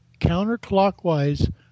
counterclockwise